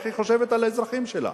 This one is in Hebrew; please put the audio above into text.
איך היא חושבת על האזרחים שלה?